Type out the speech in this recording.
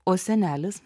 o senelis